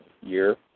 year